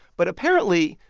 but, apparently,